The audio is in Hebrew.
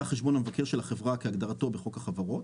החשבון המבקר של החברה כהגדרתו בחוק החברות,